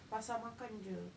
pasar makan jer